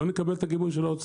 אם לא נקבל את הגיבוי של האוצר,